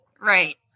right